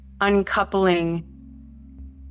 uncoupling